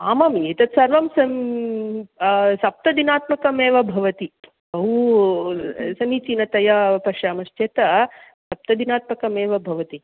आमाम् एतत् सर्वं सम् सप्तदिनात्मकमेव भवति बहु समीचीनतया पश्यामश्चेत् सप्तदिनात्मकमेव भवति